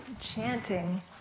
chanting